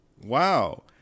wow